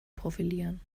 profilieren